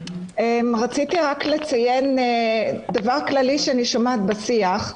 רציתי לציין דבר כללי שאני שומעת בשיח.